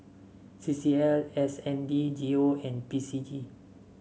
C C L N S D G O and P C G